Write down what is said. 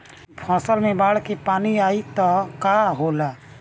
फसल मे बाढ़ के पानी आई त का होला?